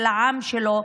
של העם שלו,